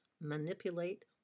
manipulate